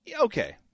okay